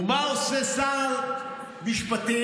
ומה עושה שר המשפטים?